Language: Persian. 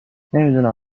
نمیدونم